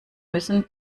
müssen